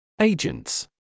Agents